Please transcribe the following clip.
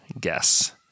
guess